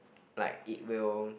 like it will